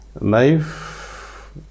Knife